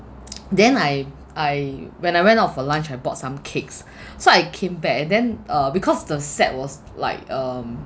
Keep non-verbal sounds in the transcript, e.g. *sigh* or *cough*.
*noise* then I I when I went out for lunch I bought some cakes *breath* so I came back and then uh because the set was like um